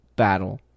battle